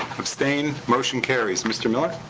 abstain? motion carries. mr. miller?